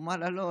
הוא אמר לה: לא,